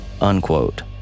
Unquote